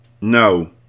No